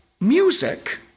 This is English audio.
music